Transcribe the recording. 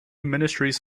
ministries